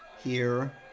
here,